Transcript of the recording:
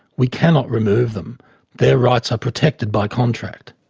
we cannot remove them their rights are protected by contract.